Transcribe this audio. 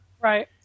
right